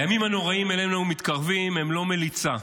הימים הנוראים אלינו מתקרבים זו לא מליצה.